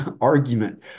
argument